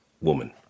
woman